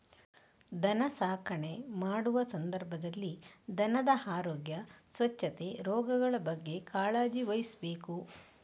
ದನ ಸಾಕಣೆ ಮಾಡುವ ಸಂದರ್ಭದಲ್ಲಿ ದನದ ಆರೋಗ್ಯ, ಸ್ವಚ್ಛತೆ, ರೋಗಗಳ ಬಗ್ಗೆ ಕಾಳಜಿ ವಹಿಸ್ಬೇಕು